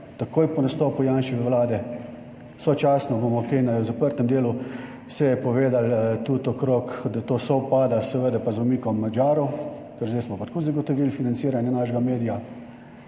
takoj po nastopu Janševe vlade, sočasno, bomo kaj na zaprtem delu seje povedali tudi okrog tega, da to pa sovpada seveda z umikom Madžarov, ker zdaj smo pa tako zagotovili financiranje našega medija